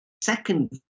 second